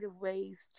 ways